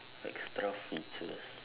extra features